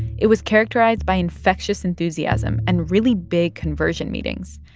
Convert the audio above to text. it was characterized by infectious enthusiasm and really big conversion meetings,